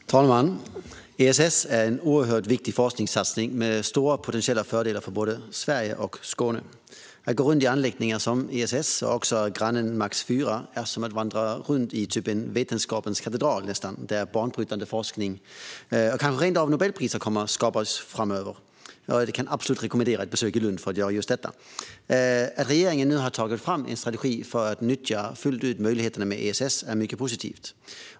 Fru talman! ESS är en oerhört viktig forskningssatsning med stora potentiella fördelar för både Sverige och Skåne. Att gå runt i anläggningar som ESS och grannen Max IV är nästan som att vandra runt i en vetenskapens katedral, där banbrytande forskning och kanske rent av nobelpriser kommer att skapas framöver. Jag kan absolut rekommendera ett besök i Lund för att göra just detta. Att regeringen nu har tagit fram en strategi för att fullt ut nyttja möjligheterna med ESS är mycket positivt.